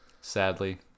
Sadly